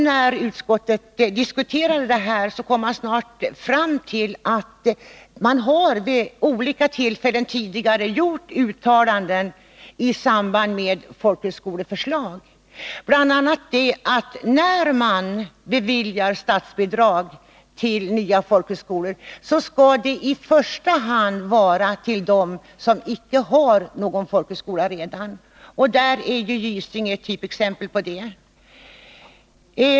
När utskottet diskuterade det här kom vi snart fram till att riksdagen tidigare vid olika tillfällen har gjort uttalanden i frågor rörande folkhögskolan, bl.a. att när man beviljar statsbidrag till nya folkhögskolor skall det i första hand vara till organisationer som icke har någon folkhögskola redan — Gysinge är ett typexempel på det.